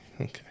okay